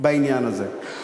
בעניין הזה.